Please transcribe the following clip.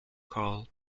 karl